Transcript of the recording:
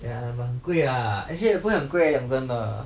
ya but 很贵 ah actually 也不会很贵 eh 讲真的